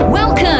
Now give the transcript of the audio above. Welcome